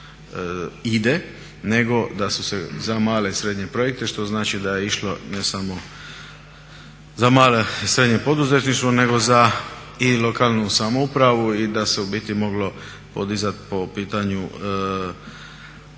nego da su se za male i srednje projekte, što znači da je išlo ne samo za malo i srednje poduzetništvo nego i za lokalnu samoupravu i da se u biti moglo podizati po pitanju i